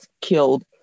killed